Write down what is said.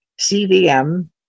cvm